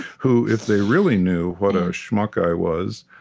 who, if they really knew what a schmuck i was,